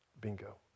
Bingo